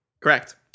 Correct